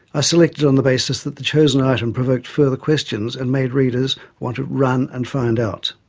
ah selected on the basis that the chosen item provoked further questions and made readers want to run and find out.